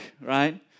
right